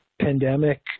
pandemic